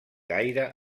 gaire